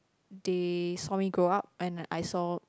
they saw me grow up and I saw